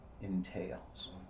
entails